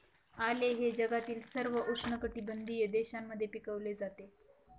आले हे जगातील सर्व उष्णकटिबंधीय देशांमध्ये पिकवले जाते